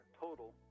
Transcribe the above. total